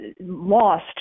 lost